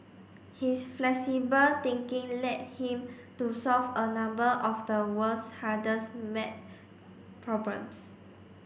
his flexible thinking led him to solve a number of the world's hardest problems